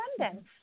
abundance